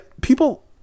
people